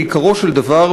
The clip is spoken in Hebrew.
בעיקרו של דבר,